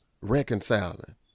Reconciling